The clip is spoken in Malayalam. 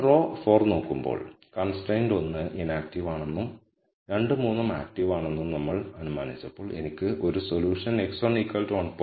നിങ്ങൾ റോ 4 നോക്കുമ്പോൾ കൺസ്ട്രൈൻറ് 1 ഇനാക്ടീവ് ആമണെന്നും 2 ഉം 3 ഉം ആക്റ്റീവ് ആണെന്നും നമ്മൾ അനുമാനിച്ചപ്പോൾ എനിക്ക് ഒരു സൊല്യൂഷൻ x11